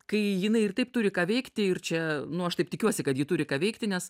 kai jinai ir taip turi ką veikti ir čia nu aš taip tikiuosi kad ji turi ką veikti nes